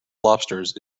lobsters